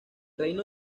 reino